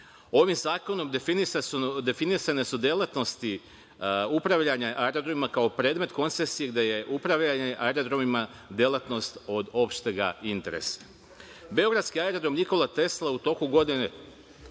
Ovim zakonom definisane su delatnosti upravljanja aerodromima kao predmet koncesije gde je upravljanje aerodromima delatnost od opšteg